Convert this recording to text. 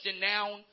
now